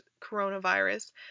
coronavirus